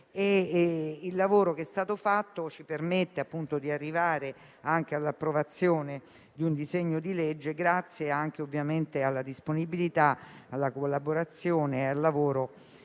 Il lavoro fatto ci permette di arrivare all'approvazione del disegno di legge, grazie anche alla disponibilità, alla collaborazione e al lavoro